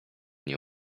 nie